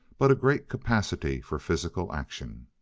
but a great capacity for physical action.